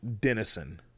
Denison